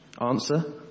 Answer